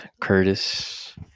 Curtis